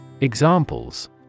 Examples